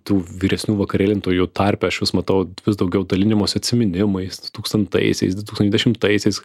tų vyresnių vakarėlintojų tarpe aš jus matau vis daugiau dalinimosi atsiminimais du tūkstantaisiais du tūkstančiai dešimtaisiais